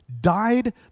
died